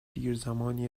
دیرزمانی